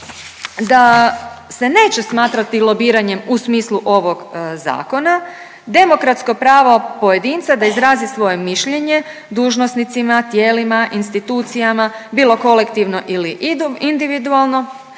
da se neće smatrati lobiranjem u smislu ovog zakona demokratsko pravo pojedinca da izrazi svoje mišljenje dužnosnicima, tijelima, institucijama bilo kolektivno ili individualno